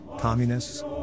communists